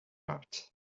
art